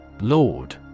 Lord